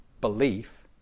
belief